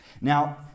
now